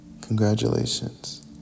congratulations